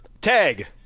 Tag